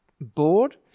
board